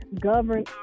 govern